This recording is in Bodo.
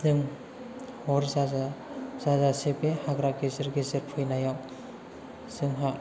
जों हर जाजासे बे हाग्रा गेजेर गेजेर फैनायाव जोंहा